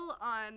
on